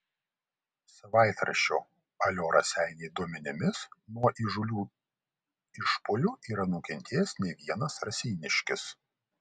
savaitraščio alio raseiniai duomenimis nuo įžūlių išpuolių yra nukentėjęs ne vienas raseiniškis